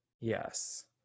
Yes